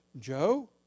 Joe